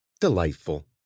Delightful